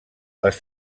les